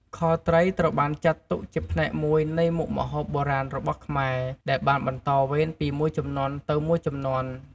ខត្រីត្រូវបានចាត់ទុកជាផ្នែកមួយនៃមុខម្ហូបបុរាណរបស់ខ្មែរ ដែលបានបន្តវេនពីមួយជំនាន់ទៅមួយជំនាន់។